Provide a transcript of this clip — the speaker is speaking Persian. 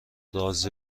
رازی